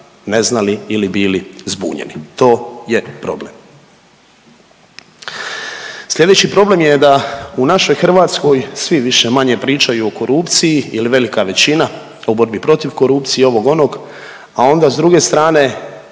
ne znali ili bili zbunjeni. To je problem. Sljedeći problem je da u našoj Hrvatskoj svi više-manje pričaju o korupciji ili velika većina o borbi protiv korupcije, ovog, onog a onda s druge strane